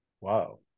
Wow